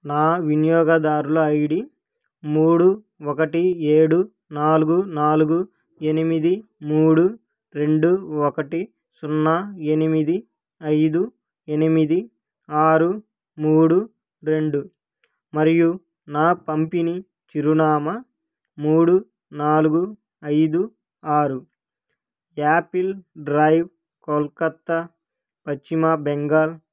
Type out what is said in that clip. నా వినియోగదారుల I D మూడు ఒకటి ఏడు నాలుగు నాలుగు ఎనిమిది మూడు రెండు ఒకటి సున్నా ఎనిమిది ఐదు ఎనిమిది ఆరు మూడు రెండు మరియు నా పంపిణీ చిరునామా మూడు నాలుగు ఐదు ఆరు ఆపిల్ డ్రైవ్ కోల్కతా పశ్చిమ బెంగాల్